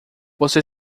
você